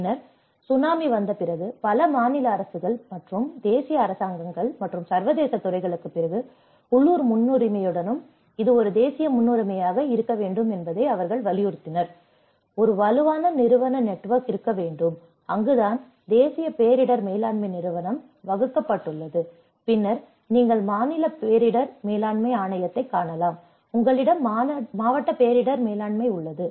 பின்னர் சுனாமி பல மாநில அரசுகள் மற்றும் தேசிய அரசாங்கங்கள் மற்றும் சர்வதேச துறைகளுக்குப் பிறகு உள்ளூர் முன்னுரிமையுடனும் இது ஒரு தேசிய முன்னுரிமையாக இருக்க வேண்டும் என்பதை அவர்கள் வலியுறுத்தியுள்ளனர் ஒரு வலுவான நிறுவன நெட்வொர்க் இருக்க வேண்டும் அங்குதான் தேசிய பேரிடர் மேலாண்மை நிறுவனம் வகுக்கப்பட்டுள்ளது பின்னர் நீங்கள் மாநில பேரிடர் மேலாண்மை ஆணையத்தைக் காணலாம் உங்களிடம் மாவட்ட பேரிடர் மேலாண்மை உள்ளது